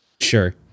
sure